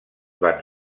van